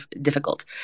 difficult